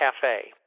Cafe